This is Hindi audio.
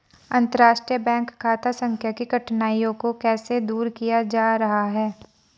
अंतर्राष्ट्रीय बैंक खाता संख्या की कठिनाइयों को कैसे दूर किया जा रहा है?